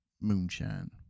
moonshine